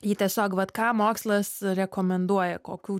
ji tiesiog vat ką mokslas rekomenduoja kokių